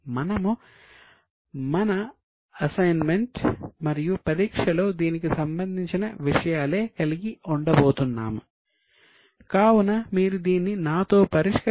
మనము మన అసైన్మెంట్ మరియు పరీక్షలో ఇదేవిధంగా చాలా సులభంగా చేయగలరు